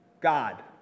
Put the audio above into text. God